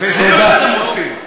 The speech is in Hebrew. וזה מה שאתם רוצים,